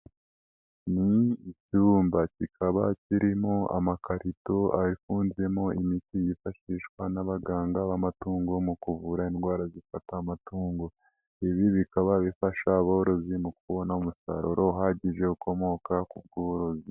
Ni ikibumba kikaba kirimo amakarito afunzemo imiti yifashishwa n'abaganga b'amatungo mu kuvura indwara zifata amatungo, ibi bikaba bifasha aborozi mu kubona umusaruro uhagije ukomoka ku burozi.